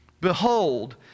Behold